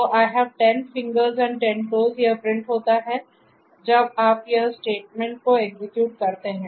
तो I have 10 fingers and 10 toes यह print होता है जब आप यह स्टेटमेंट को एग्जीक्यूट करते हैं